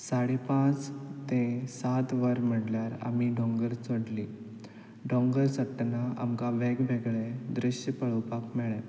साडे पांच ते सात वर म्हळ्यार आमी दोंगर चडलीं दोंगर चडटना आमकां वेग वेगळे दृश्य पळोवपाक मेळ्ळे